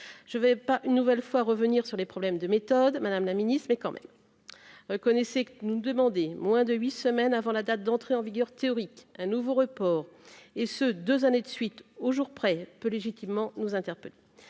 je ne vais pas une nouvelle fois, revenir sur les problèmes de méthode, Madame la Ministre, mais quand même connaissez nous demander moins de 8 semaines avant la date d'entrée en vigueur théorique, un nouveau report et ce, 2 années de suite aux jours près peut légitimement nous interpelle